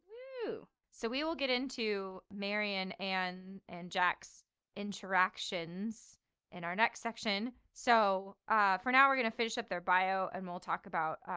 so we will get into mary and anne and and jack's interactions in our next section. so ah for now we're going to finish up their bio and we'll talk about,